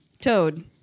Toad